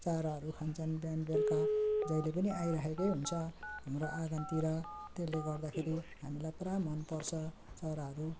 चारोहरू खान्छन् बिहान बेलुका जहिले पनि आइरहेको हुन्छ हाम्रो आँगनतिर त्यसले गर्दाखेरि हामीलाई पुरा मन पर्छ चराहरू